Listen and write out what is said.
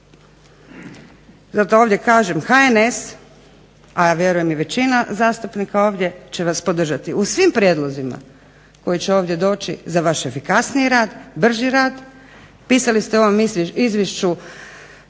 Zato ovdje kažem HNS, a vjerujem i većina zastupnika ovdje će vas podržati u svim prijedlozima koji će ovdje doći za vaš efikasniji rad, brži rad. Pisali ste u ovom izvješću,